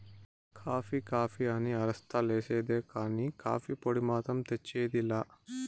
coffee coffee అని అరస్తా లేసేదే కానీ, కాఫీ పొడి మాత్రం తెచ్చేది లా